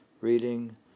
reading